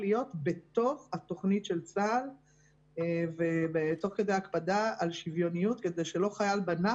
לעשות תוך מיצוי המשאבים ולמקסם אותם כמה שאני יכולה כדי באמת